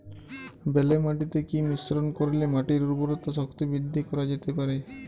বেলে মাটিতে কি মিশ্রণ করিলে মাটির উর্বরতা শক্তি বৃদ্ধি করা যেতে পারে?